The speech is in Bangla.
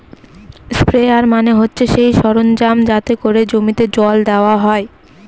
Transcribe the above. স্প্রেয়ার মানে হচ্ছে সেই ফার্ম সরঞ্জাম যাতে করে জমিতে জল দেওয়া হয়